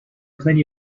plenty